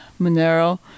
Monero